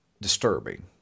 disturbing